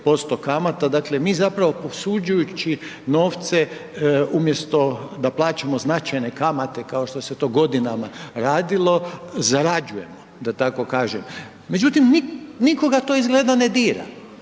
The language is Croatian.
Dakle mi zapravo posuđujući novce umjesto da plaćamo značajne kamate kao što se to godinama radilo, zarađujemo, da tako kažem. Međutim, nikoga to izgleda ne dira.